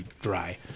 dry